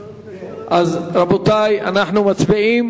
רבותי, אנחנו מצביעים